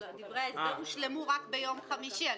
דברי ההסבר הושלמו רק ביום חמישי.